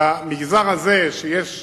במגזר הזה, שיש